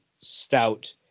Stout